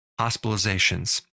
hospitalizations